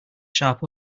sharp